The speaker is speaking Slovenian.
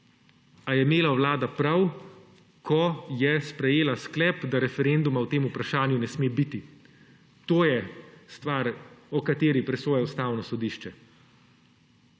je imela Vlada prav, ko je sprejela sklep, da referenduma o tem vprašanju ne sme biti. To je stvar, o kateri presoja Ustavno sodišče,